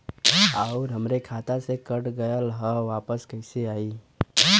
आऊर हमरे खाते से कट गैल ह वापस कैसे आई?